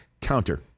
counter